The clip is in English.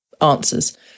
answers